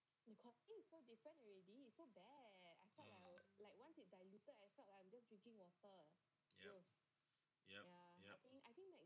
(uh huh) yup yup